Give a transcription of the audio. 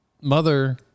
mother